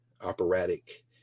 operatic